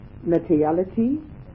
materiality